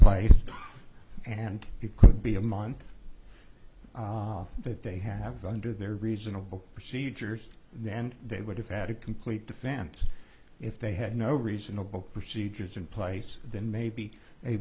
place and you could be a month off that they have under their reasonable procedures then they would have had a complete defense if they had no reasonable procedures in place then maybe a